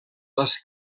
les